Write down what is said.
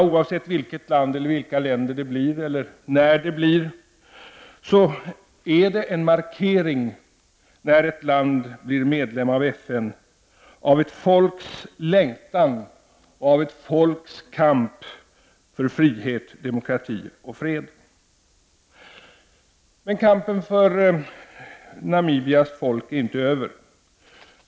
Oavsett vilket land eller vilka länder det blir eller när, så är det, när ett land blir medlem i FN, en markering av ett folks längtan och av ett folks kamp för frihet, demokrati och fred. Men kampen för Namibias folk är inte över.